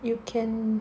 you can